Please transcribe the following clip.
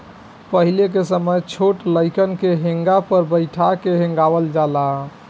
पहिले के समय छोट लइकन के हेंगा पर बइठा के हेंगावल जाला